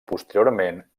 posteriorment